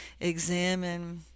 examine